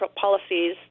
policies